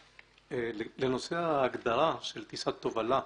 לנושא ההגדרה של "טיסת תובלה",